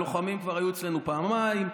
הלוחמים כבר היו אצלנו פעמיים,